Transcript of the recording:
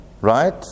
right